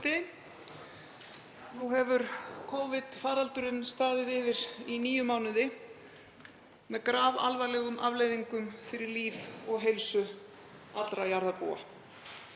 Nú hefur Covid-faraldurinn staðið yfir í níu mánuði með grafalvarlegum afleiðingum fyrir líf og heilsu allra jarðarbúa.